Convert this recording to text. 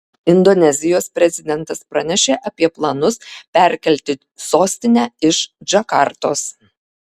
indonezijos prezidentas pranešė apie planus perkelti sostinę iš džakartos